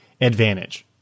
ADVANTAGE